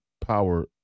power